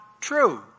true